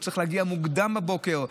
או שצריך להגיע מוקדם בבוקר,